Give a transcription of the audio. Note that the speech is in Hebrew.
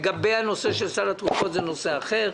לגבי הנושא של סל התרופות זה נושא אחר.